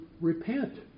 repent